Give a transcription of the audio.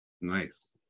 Nice